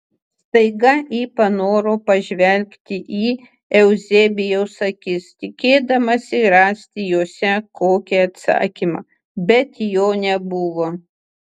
staiga ji panoro pažvelgti į euzebijaus akis tikėdamasi rasti jose kokį atsakymą bet jo nebuvo